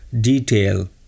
detail